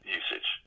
usage